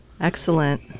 excellent